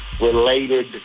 related